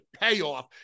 payoff